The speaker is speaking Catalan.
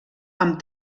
amb